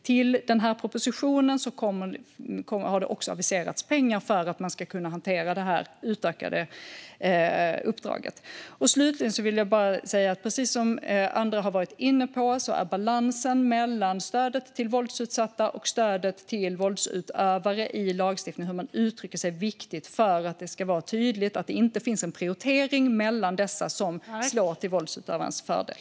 Till propositionen har det också aviserats pengar för att kunna hantera det utökade uppdraget. Precis som andra har varit inne på är balansen mellan stödet till våldsutsatta och stödet till våldsutövare i lagstiftningen - hur man uttrycker sig - viktigt för att det ska vara tydligt att det inte finns en prioritering mellan dessa som slår till våldsutövarens fördel.